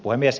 puhemies